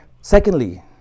Secondly